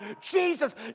Jesus